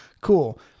cool